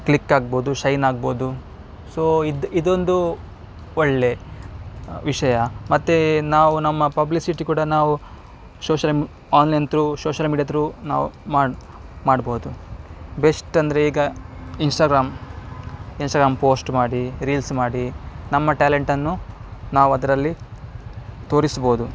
click ಆಗ್ಬೋದು shine ಆಗ್ಬೋದು so ಇದು ಇದೊಂದು ಒಳ್ಳೆಯ ವಿಷಯ ಮತ್ತೆ ನಾವು ನಮ್ಮ ಪಬ್ಲಿಸಿಟಿ ಕೂಡ ನಾವು ಶೋಶಲ್ ಮಿ online through social media through ನಾವು ಮಾಡ ಮಾಡ್ಬೋದು ಬೆಸ್ಟ್ ಅಂದರೆ ಈಗ ಇನ್ಸ್ಟ್ರಾಗ್ರಾಮ್ ಇನ್ಸ್ಟ್ರಾಗ್ರಾಮ್ ಪೋಸ್ಟ್ ಮಾಡಿ ರೀಲ್ಸ್ ಮಾಡಿ ನಮ್ಮ ಟ್ಯಾಲೆಂಟನ್ನು ನಾವು ಅದರಲ್ಲಿ ತೋರಿಸ್ಬೋದು